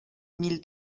mille